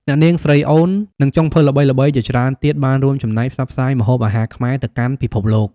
អ្នកនាង ស្រីអូន និងចុងភៅល្បីៗជាច្រើនទៀតបានរួមចំណែកផ្សព្វផ្សាយម្ហូបអាហារខ្មែរទៅកាន់ពិភពលោក។